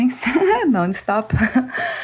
nonstop